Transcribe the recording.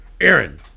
Aaron